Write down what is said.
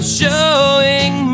showing